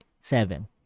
Seven